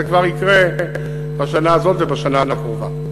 זה כבר יקרה בשנה הזאת ובשנה הקרובה.